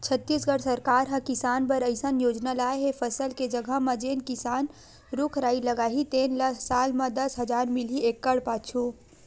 छत्तीसगढ़ सरकार ह किसान बर अइसन योजना लाए हे फसल के जघा म जेन किसान रूख राई लगाही तेन ल साल म दस हजार मिलही एकड़ पाछू